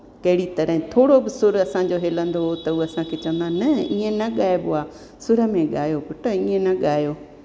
कहिड़ी तरह थोरो बि सूर असांजो हिलंदो हुओ त उहो असांखे चंवदा न इअं न ॻाइबो आहे सूर में ॻायो पुट इअं न ॻायो